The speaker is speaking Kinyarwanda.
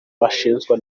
ashinzwe